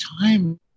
time